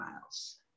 Miles